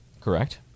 Correct